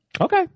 Okay